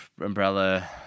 Umbrella